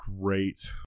great